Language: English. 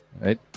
Right